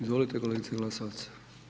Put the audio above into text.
Izvolite kolegice Glasovac.